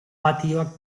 patioak